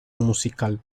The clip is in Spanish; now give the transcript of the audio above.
musical